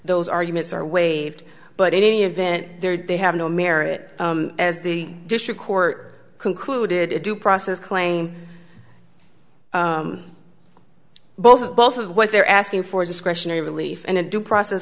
those arguments are waived but in any event there they have no merit as the district court concluded it due process claim both both of what they're asking for a discretionary relief and a due process